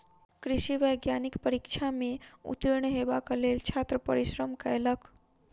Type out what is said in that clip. कृषि वैज्ञानिक परीक्षा में उत्तीर्ण हेबाक लेल छात्र परिश्रम कयलक